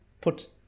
put